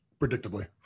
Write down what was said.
Predictably